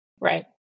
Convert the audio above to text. Right